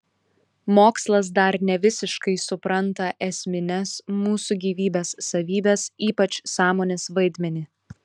mokslas dar nevisiškai supranta esmines mūsų gyvybės savybes ypač sąmonės vaidmenį